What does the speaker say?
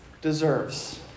deserves